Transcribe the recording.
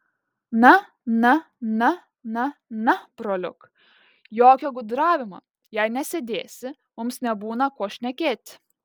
na na na na na broliuk jokio gudravimo jei nesėdėsi mums nebūna ko šnekėti